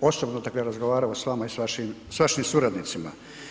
osobno, dakle, razgovarao s vama i s vašim suradnicima.